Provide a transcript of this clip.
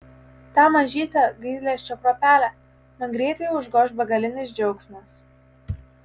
tą mažytę gailesčio kruopelę man greitai užgoš begalinis džiaugsmas